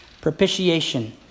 Propitiation